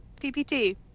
PPT